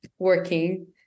working